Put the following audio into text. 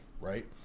right